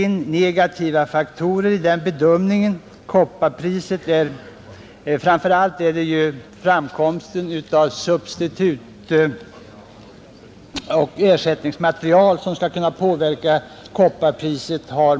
Negativa faktorer beträffande kopparpriset är tillkomsten av ersättningsmaterial.